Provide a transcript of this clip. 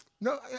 No